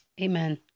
Amen